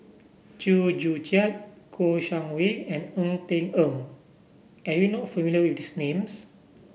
Chew Joo Chiat Kouo Shang Wei and Ng Eng Teng are you not familiar with these names